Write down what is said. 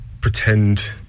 pretend